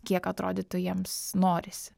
kiek atrodytų jiems norisi